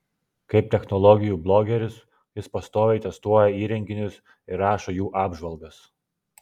kaip technologijų blogeris jis pastoviai testuoja įrenginius ir rašo jų apžvalgas